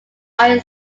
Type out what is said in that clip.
iron